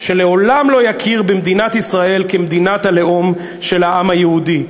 שלעולם לא יכיר במדינת ישראל כמדינת הלאום של העם היהודי.